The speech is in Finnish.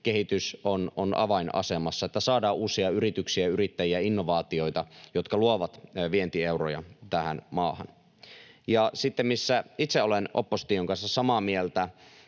kehitys on avainasemassa, että saadaan uusia yrityksiä, yrittäjiä ja innovaatioita, jotka luovat vientieuroja tähän maahan. Se, missä itse olen opposition kanssa samaa mieltä